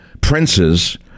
princes